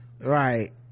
right